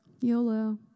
YOLO